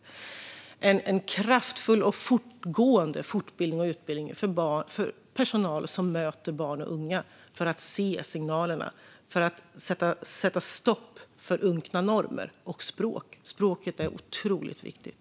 Det handlar om en kraftfull och fortgående fortbildning och utbildning för personal som möter barn och unga för att de ska se signalerna och för att man ska sätta stopp för unkna normer och språk. Språket är otroligt viktigt.